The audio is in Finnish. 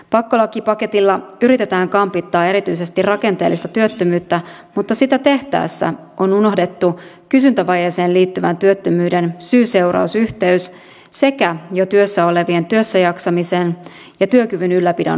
pakkolakipaketilla yritetään kampittaa erityisesti rakenteellista työttömyyttä mutta sitä tehtäessä on unohdettu kysyntävajeeseen liittyvän työttömyyden syyseuraus yhteys sekä jo työssä olevien työssäjaksamisen ja työkyvyn ylläpidon merkitys